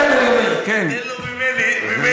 תן לו ממני.